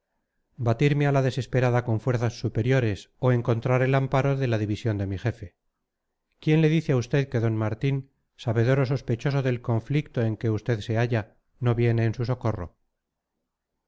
oriente batirme a la desesperada con fuerzas superiores o encontrar el amparo de la división de mi jefe quién le dice a usted que d martín sabedor o sospechoso del conflicto en que usted se halla no viene en su socorro